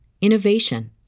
innovation